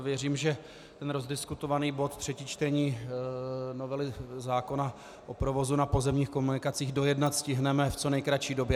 Věřím, že ten rozdiskutovaný bod, třetí čtení novely zákona o provozu na pozemních komunikacích, dojednat stihneme v co nejkratší době.